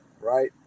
right